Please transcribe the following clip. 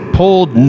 pulled